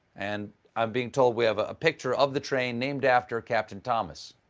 and i'm being told we have a picture of the train named after captain thomas.